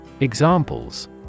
Examples